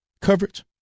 coverage